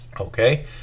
Okay